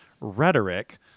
rhetoric